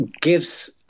gives